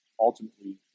ultimately